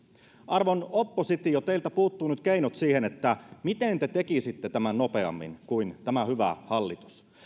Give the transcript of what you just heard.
arvon oppositio teiltä puuttuvat nyt keinot siihen miten te tekisitte tämän nopeammin kuin tämä hyvä hallitus